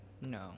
No